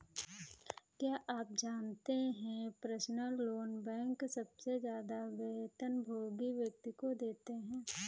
क्या आप जानते है पर्सनल लोन बैंक सबसे ज्यादा वेतनभोगी व्यक्ति को देते हैं?